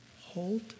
Hold